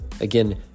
Again